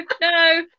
no